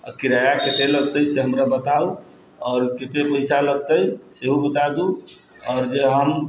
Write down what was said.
आ किराआ कते लगतै से हमरा बताउ आओर कते पैसा लगतै सेहो बता दू आओर जे हम